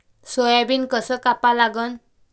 Soybean कस कापा लागन?